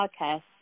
podcast